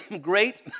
great